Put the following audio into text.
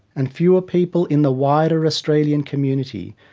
and fewer people in the wider australian community,